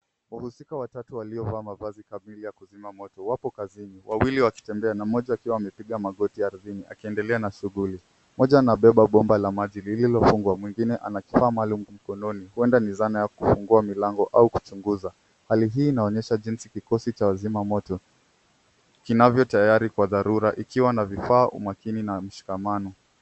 Wahusika watatu waliovaa mavazi kamili ya kuzima moto wapo kazini. Wawili wakitembea na mmoja akiwa amepiga magoti ardhini akiendelea na shughuli. Mmoja anabeba bomba la maji lililofungwa, mwingine ana kifaa maalum mkononi huenda ni zana ya kufungua milango au kuchunguza. Hali hii inaonyesha jinsi kikosi cha wazima moto kinavyo tayari kwa dharura ikiwa na vifaa, umakini na mshikamano.